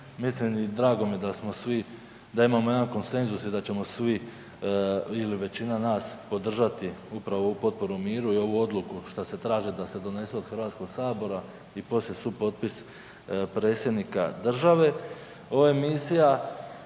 i drago mi je da imamo jedan konsenzus i da ćemo svi ili većina nas podržati upravo ovu potporu miru i ovu odluku šta se traži da se donese od Hrvatskog sabora i poslije supotpis predsjednika države. Ovo je misija